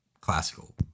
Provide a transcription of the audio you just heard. classical